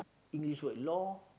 English word loh